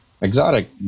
exotic